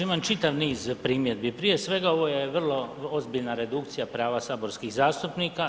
Imam čitav niz primjedbi, prije svega ovo je ozbiljna redukcija prava saborskih zastupnika.